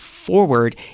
forward